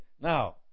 Now